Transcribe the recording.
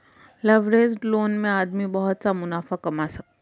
leveraged loan में आदमी बहुत सा मुनाफा कमा सकता है